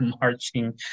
marching